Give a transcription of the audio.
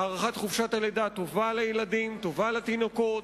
הארכת חופשת הלידה טובה לילדים, טובה לתינוקות,